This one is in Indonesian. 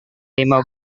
lima